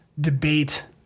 debate